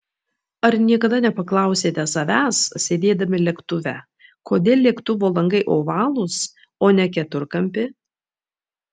ar niekada nepaklausėte savęs sėdėdami lėktuve kodėl lėktuvo langai ovalūs o ne keturkampi